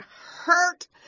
hurt